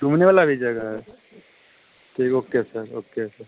घूमने वाली भी जगह है ठीक okay sir okay sir